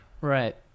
right